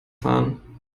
fahren